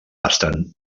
bastant